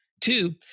Two